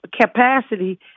capacity